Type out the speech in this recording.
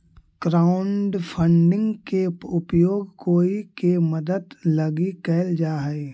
crowdfunding के उपयोग कोई के मदद लगी कैल जा हई